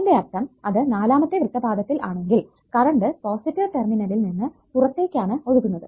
അതിന്റെ അർത്ഥം അത് നാലാമത്തെ വൃത്തപാദത്തിൽ ആണെങ്കിൽ കറണ്ട് പോസിറ്റീവ് ടെർമിനലിൽ നിന്ന് പുറത്തേക്ക് ആണ് ഒഴുകുന്നത്